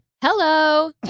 hello